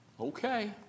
Okay